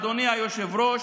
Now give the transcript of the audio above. אדוני היושב-ראש,